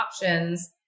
options